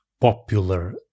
popular